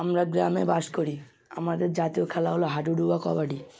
আমরা গ্রামে বাস করি আমাদের জাতীয় খেলা হলো হাডুডু বা কবাডি